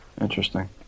Interesting